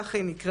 כך היא נקראת,